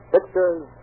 Pictures